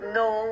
no